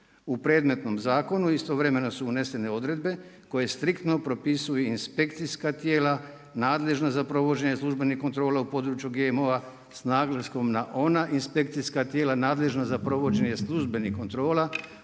U predmetnom zakonu istovremeno su unesene odredbe koje striktno propisuju inspekcijska tijela nadležna za provođenje službenih kontrola u području GMO-a s naglaskom na ona inspekcijska tijela nadležna za provođenje službenih kontrola